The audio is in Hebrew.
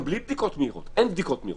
גם בלי בדיקות מהירות אין בדיקות מהירות,